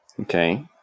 Okay